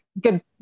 good